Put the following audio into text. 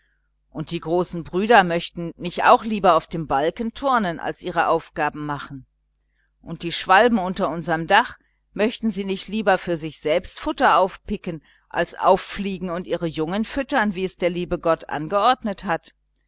und die großen brüder möchten nicht lieber auf den balken turnen als ihre aufgaben machen und die schwalben unter unserem dach möchten nicht lieber für sich selbst futter auspicken als ausfliegen und ihre jungen füttern wie es der liebe gott angeordnet hat